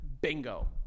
Bingo